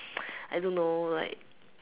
I don't know like